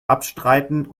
abstreiten